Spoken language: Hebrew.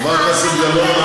חברת הכנסת גלאון,